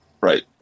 right